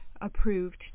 approved